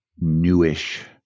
newish